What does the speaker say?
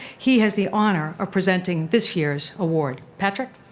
he has the honor of presenting this year's award. patrick?